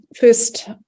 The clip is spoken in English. first